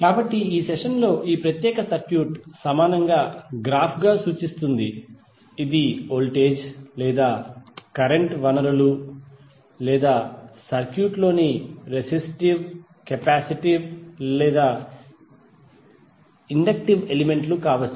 కాబట్టి ఈ సెషన్లో ఈ ప్రత్యేక సర్క్యూట్ సమానంగా గ్రాఫ్ గా సూచిస్తుంది ఇది వోల్టేజ్ లేదా కరెంట్ వనరులు లేదా సర్క్యూట్లోని రెసిస్టివ్ కెపాసిటివ్ లేదా ఇండక్టివ్ ఎలిమెంట్లు కావచ్చు